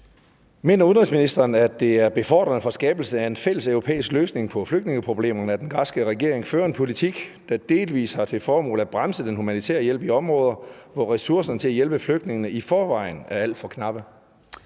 Mener udenrigsministeren, at det er befordrende for skabelsen af en fælles europæisk løsning på flygtningeproblemerne, at den græske regering fører en politik, der delvist har til formål at bremse den humanitære hjælp i områder, hvor ressourcerne til at hjælpe flygtningene i forvejen er alt for knappe?